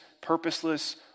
purposeless